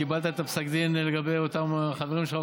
קיבלת את פסק הדין לגבי אותם חברים שלך,